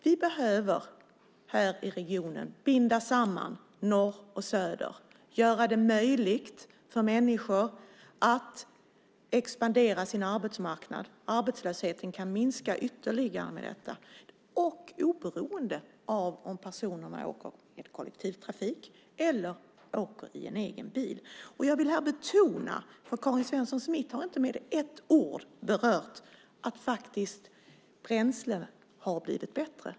Vi behöver här i regionen binda samman norr och söder och göra det möjligt för människor att expandera sin arbetsmarknad. Arbetslösheten kan minska ytterligare med detta. Det gäller oberoende av om personerna åker med kollektivtrafik eller åker i en egen bil. Karin Svensson Smith har inte med ett ord berört att bränslena har blivit bättre, något som jag här vill betona.